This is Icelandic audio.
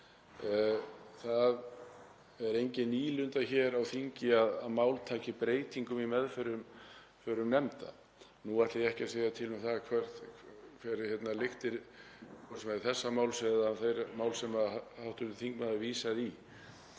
Það er engin nýlunda hér á þingi að mál taki breytingum í meðförum nefnda. Nú ætla ég ekki að segja til um lyktir þessa máls eða þess máls sem hv. þingmaður vísaði í.